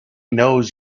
knows